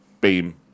beam